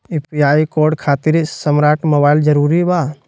UPI code खातिर smart mobile जरूरी बा?